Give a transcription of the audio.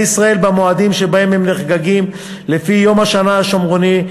ישראל במועדים שבהם הם נחגגים לפי לוח השנה השומרוני,